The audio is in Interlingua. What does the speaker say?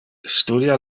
studia